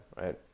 right